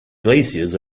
glaciers